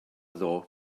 ddoe